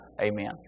Amen